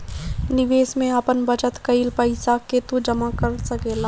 निवेश में आपन बचत कईल पईसा के तू जमा कर सकेला